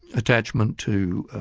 attachment to